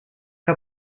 had